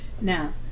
Now